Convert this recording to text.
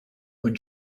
when